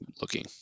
looking